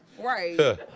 Right